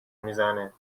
میزنه